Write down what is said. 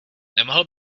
nemohl